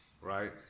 right